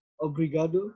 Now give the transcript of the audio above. Obrigado